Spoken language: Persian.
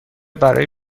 برای